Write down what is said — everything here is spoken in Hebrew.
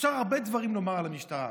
אפשר הרבה דברים לומר על המשטרה,